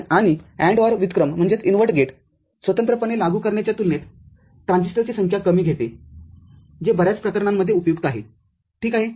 आणि AND OR व्युत्क्रम गेटस्वतंत्रपणे लागू करण्याच्या तुलनेत ट्रान्झिस्टरची संख्या कमी घेतेजे बर्याच प्रकरणांमध्ये उपयुक्त आहे ठीक आहे